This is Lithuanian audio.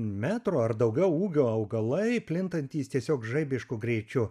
metro ar daugiau ūgio augalai plintantys tiesiog žaibišku greičiu